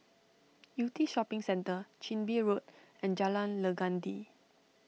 Yew Tee Shopping Centre Chin Bee Road and Jalan Legundi